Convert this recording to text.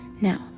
Now